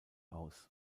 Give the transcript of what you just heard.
aus